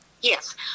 Yes